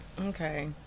okay